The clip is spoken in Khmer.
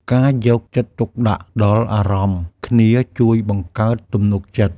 ការយកចិត្តទុកដាក់ដល់អារម្មណ៍គ្នាជួយបង្កើតទំនុកចិត្ត។